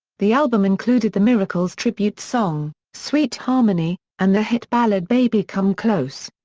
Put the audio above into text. the album included the miracles tribute song, sweet harmony and the hit ballad baby come close.